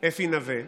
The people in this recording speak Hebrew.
אפי נווה,